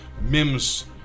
Mim's